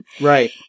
Right